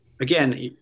again